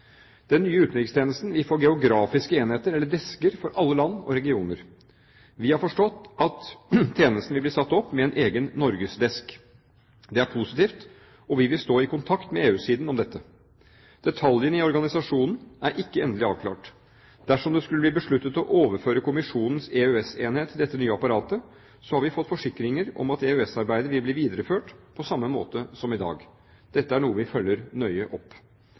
Den nye utenrikstjenesten vil få geografiske enheter eller «desker» for alle land og regioner. Vi har forstått at tjenesten vil bli satt opp med en egen «norgesdesk». Det er positivt, og vi vil stå i kontakt med EU-siden om dette. Detaljene i organisasjonen er ikke endelig avklart. Dersom det skulle bli besluttet å overføre kommisjonens EØS-enhet til det nye apparatet, har vi fått forsikringer om at EØS-arbeidet vil bli videreført på samme måte som i dag. Dette er noe vi følger nøye opp.